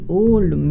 old